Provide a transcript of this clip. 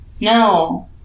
No